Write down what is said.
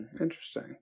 interesting